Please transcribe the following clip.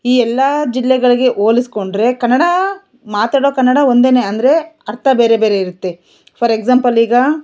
ಈ ಎಲ್ಲ ಜಿಲ್ಲೆಗಳಿಗೆ ಹೋಲಿಸ್ಕೊಂಡ್ರೆ ಕನ್ನಡ ಮಾತಾಡೋ ಕನ್ನಡ ಒಂದೇ ಅಂದರೆ ಅರ್ಥ ಬೇರೆ ಬೇರೆ ಇರುತ್ತೆ ಫಾರ್ ಎಕ್ಸಾಂಪಲ್ ಈಗ